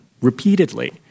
repeatedly